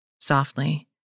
softly